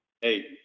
Hey